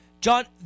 John